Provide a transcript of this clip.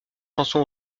chanson